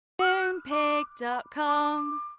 Moonpig.com